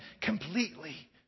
completely